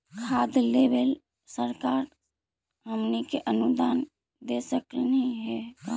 खाद लेबे सरकार हमनी के अनुदान दे सकखिन हे का?